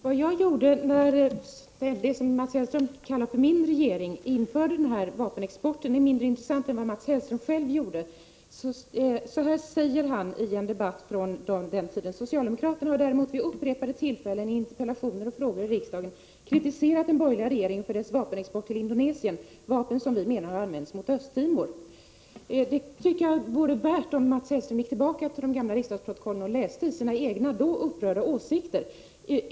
Herr talman! Vad jag gjorde när den regering som Mats Hellström kallar för min påbörjade den här vapenexporten är mindre intressant än vad Mats Hellström själv gjorde. Så här säger han i en debatt från den tiden: ”Socialdemokraterna har däremot vid upprepade tillfällen i interpellationer och frågor i riksdagen kritiserat den borgerliga regeringen för dess vapenexport till Indonesien, vapen som vi menar har använts mot Östtimor.” Jag tror att det vore värdefullt om Mats Hellström gick tillbaka till de gamla riksdagsprotokollen och läste sina egna då upprörda åsikter.